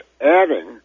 adding